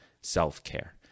self-care